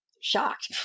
shocked